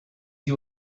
you